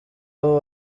aho